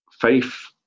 faith